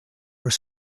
are